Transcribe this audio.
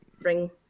bring